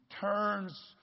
turns